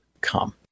come